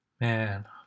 Man